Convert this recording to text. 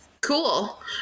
Cool